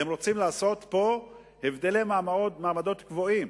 הם רוצים לעשות פה הבדלי מעמדות קבועים,